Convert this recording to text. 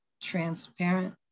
transparent